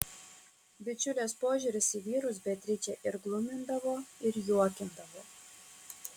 bičiulės požiūris į vyrus beatričę ir glumindavo ir juokindavo